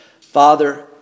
Father